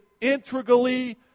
integrally